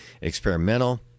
experimental